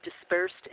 dispersed